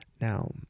Now